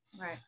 Right